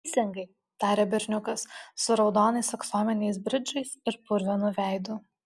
teisingai tarė berniukas su raudonais aksominiais bridžais ir purvinu veidu